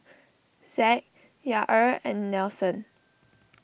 Zack Yair and Nelson